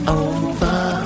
over